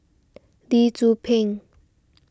Lee Tzu Pheng